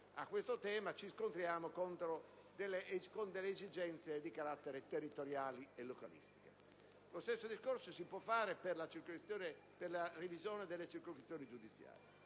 a questo tema, ci scontriamo con esigenze di carattere territoriale e localistico. Lo stesso discorso si può fare per la revisione delle circoscrizioni giudiziarie,